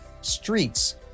streets